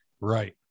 Right